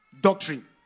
doctrine